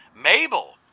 Mabel